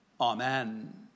Amen